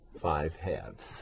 five-halves